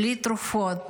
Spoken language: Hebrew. בלי תרופות